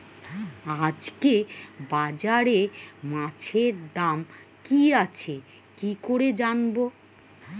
আজকে বাজারে মাছের দাম কি আছে কি করে জানবো?